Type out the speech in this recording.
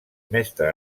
mestre